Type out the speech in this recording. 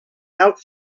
out